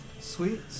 Sweet